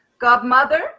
Godmother